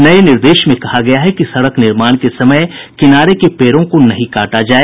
नये निर्देश में कहा गया है कि सड़क निर्माण के समय किनारे के पेड़ों को नहीं काटा जाय